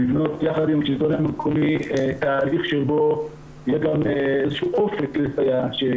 לבנות יחד עם השלטון המקומי תהליך שבו יהיה גם איזה שהוא אופק לסייעת,